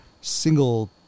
single